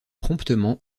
promptement